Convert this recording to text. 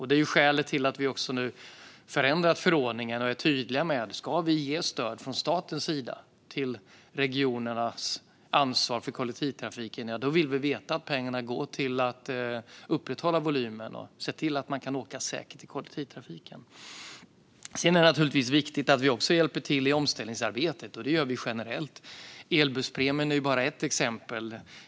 Det är skälet till att vi nu ändrat förordningen och är tydliga med att om vi ska ge stöd från statens sida till regionernas ansvar för kollektivtrafiken, ja, då vill vi veta att pengarna går till att upprätthålla volymen och se till att man kan åka säkert i kollektivtrafiken. Sedan är det naturligtvis viktigt att vi också hjälper till i omställningsarbetet, och det gör vi generellt. Elbusspremien är bara ett exempel.